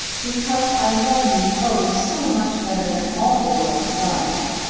because i love you, oh, so much better than all the world besides.